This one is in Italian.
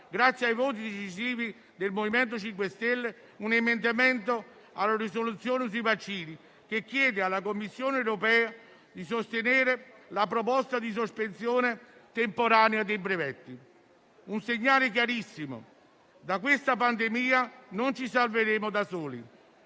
grazie ai voti decisivi del MoVimento 5 Stelle - un emendamento alla risoluzione sui vaccini, che chiede alla Commissione europea di sostenere la proposta di sospensione temporanea dei brevetti. Il segnale è chiarissimo: da questa pandemia non ci salveremo da soli.